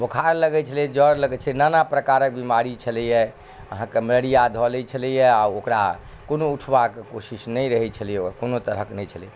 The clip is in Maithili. बुखार लगै छलै जर लगै छलै नाना प्रकारक बीमारी छलैया अहाँके मलेरिया धऽ लै छलैया आ ओकरा कोनो उठबाक कोशिश नहि रहै छलै ओकरा कोनो तरहक नहि छलै